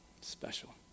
Special